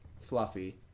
Fluffy